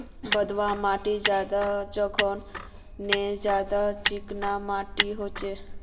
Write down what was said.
बलवाह माटित ज्यादा जंगल होचे ने ज्यादा चिकना माटित होचए?